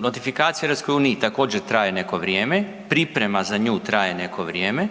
Notifikacija u EU također traje neko vrijeme, priprema za nju traje neko vrijeme,